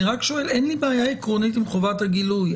אין לי בעיה עקרונית עם חובת הגילוי,